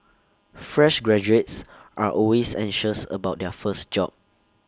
fresh graduates are always anxious about their first job